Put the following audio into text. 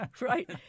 right